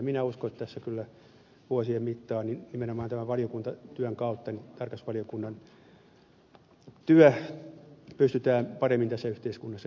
minä uskon että tässä kyllä vuosien mittaan nimenomaan tämän valiokuntatyön kautta tarkastusvaliokunnan työ pystytään paremmin tässä yhteiskunnassa hyödyntämään